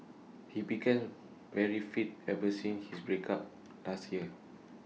he became very fit ever since his breakup last year